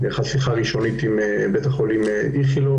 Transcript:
נערכה שיחה ראשונית עם בית-החולים איכילוב,